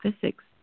physics